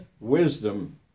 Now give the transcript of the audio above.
wisdom